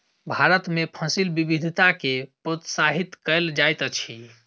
भारत में फसिल विविधता के प्रोत्साहित कयल जाइत अछि